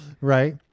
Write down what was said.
right